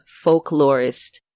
folklorist